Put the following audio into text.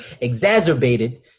Exacerbated